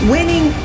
Winning